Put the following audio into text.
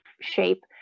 shape